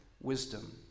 wisdom